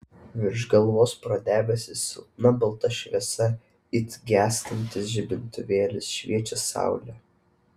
virš galvos pro debesis silpna balta šviesa it gęstantis žibintuvėlis šviečia saulė